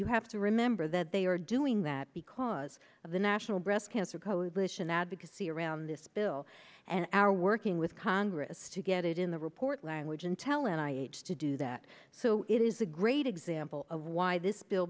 you have to remember that they are doing that because of the national breast cancer coalition advocacy around this bill and our working with congress to get it in the report language and tell and i age to do that so it is a great example of why this bill